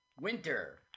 Winter